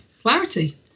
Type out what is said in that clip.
Clarity